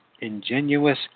ingenuous